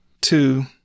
Two